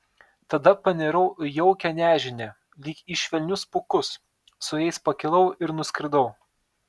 tada panirau į jaukią nežinią lyg į švelnius pūkus su jais pakilau ir nuskridau